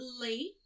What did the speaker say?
late